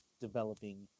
developing